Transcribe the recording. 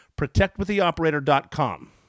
protectwiththeoperator.com